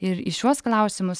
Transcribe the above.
ir į šiuos klausimus